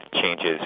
changes